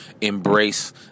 embrace